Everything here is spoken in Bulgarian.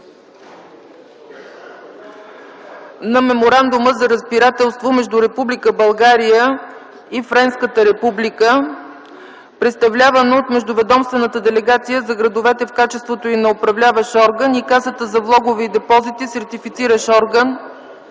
на Меморандума за разбирателство между Република България и Френската република, представлявана от Междуведомствена делегация за градовете в качеството й на управляващ орган и Каса за влогове и депозити –Сертифициращ орган,